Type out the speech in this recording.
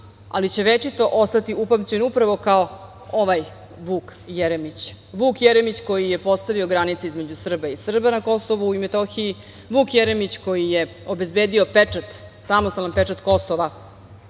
ali će večito ostati upamćen upravo kao ovaj Vuk Jeremić, Vuk Jeremić koji je postavio granice između Srba i Srba na Kosovu i Metohiji, Vuk Jeremić koji je obezbedio samostalan pečat Kosova